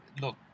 look